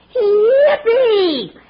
Yippee